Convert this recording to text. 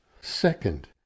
Second